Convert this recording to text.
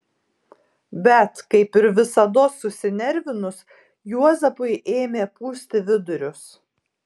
bet kaip ir visados susinervinus juozapui ėmė pūsti vidurius